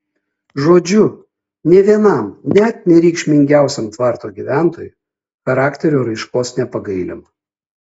žodžiu nė vienam net nereikšmingiausiam tvarto gyventojui charakterio raiškos nepagailima